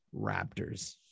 Raptors